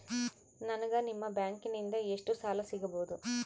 ನನಗ ನಿಮ್ಮ ಬ್ಯಾಂಕಿನಿಂದ ಎಷ್ಟು ಸಾಲ ಸಿಗಬಹುದು?